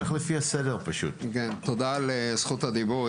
תודה לזכות הדיבור,